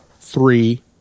three